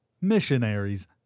Missionaries